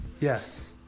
yes